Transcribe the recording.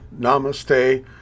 namaste